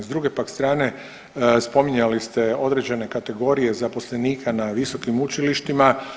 S druge pak strane spominjali ste određene kategorije zaposlenika na visokim učilištima.